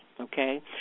Okay